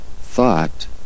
thought